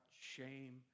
shame